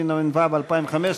התשע"ו 2015,